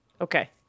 Okay